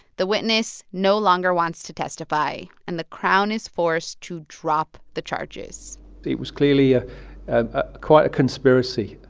the witness no longer wants to testify, and the crown is forced to drop the charges it was clearly ah ah quite a conspiracy,